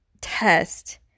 test